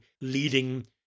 leading